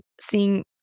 seeing